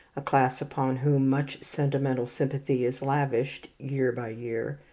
a class upon whom much sentimental sympathy is lavished year by year,